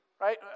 right